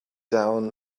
down